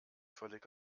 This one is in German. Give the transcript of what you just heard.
völlig